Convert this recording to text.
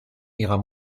ihrer